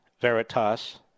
Veritas